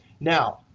now,